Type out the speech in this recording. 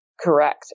Correct